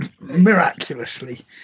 miraculously